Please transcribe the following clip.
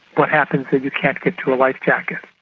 what happens if you can't get to a life jacket?